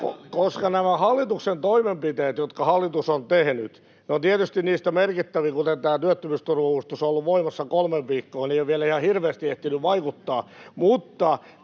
koska nämä hallituksen toimenpiteet, jotka hallitus on tehnyt... No, tietysti niistä merkittävin, kuten tämä työttömyysturva-avustus, on ollut voimassa kolme viikkoa, niin että ei ole vielä ihan hirveästi ehtinyt vaikuttaa, tai